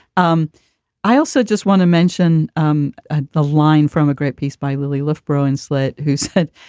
um i also just want to mention um ah the line from a great piece by willie loughborough ancelet, who said,